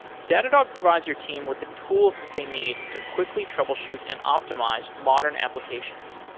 datadog provides your team with the tools that they need to quickly troubleshoot and optimize modern applications.